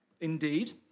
indeed